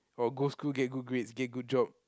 oh go school get good grades get good job